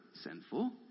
sinful